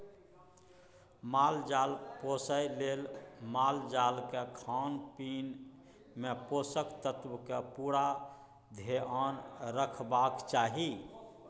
माल जाल पोसय लेल मालजालक खानपीन मे पोषक तत्वक पुरा धेआन रखबाक चाही